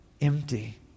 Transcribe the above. empty